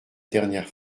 dernière